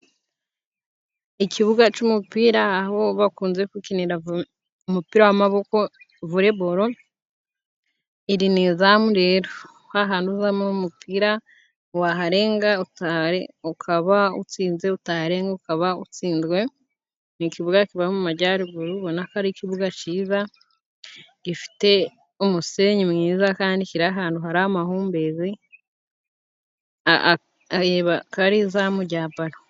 Ikibuga c'umupira aho bakunze gukinira umupira w'amaboko voreboro, iri ni izamu rero. Hahandi uzamura umupira waharenga ukaba utsinze, utaharenga ukaba utsinzwe. Ni ikibuga kiba mu majyaruguru ubona ko ari ikibuga ciza gifite umusenyi mwiza, kandi kiri ahantu hari amahumbezi, areba akaba ari izamu rya baro